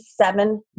seven